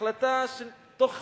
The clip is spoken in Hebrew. החלטה תוך חודשים,